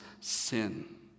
sin